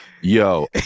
Yo